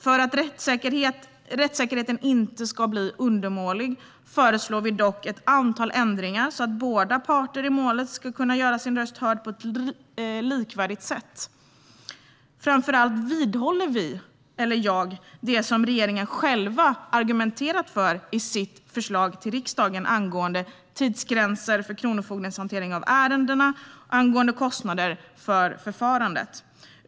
För att rättssäkerheten inte ska bli undermålig föreslår vi dock ett antal ändringar, så att båda parter i målet ska kunna göra sin röst hörd på ett likvärdigt sätt. Framför allt vidhåller jag det som regeringen själv argumenterat för i sitt förslag till riksdagen angående tidsgränser för kronofogdens hantering av ärendena och angående kostnader för förfarandet.